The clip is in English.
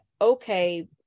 okay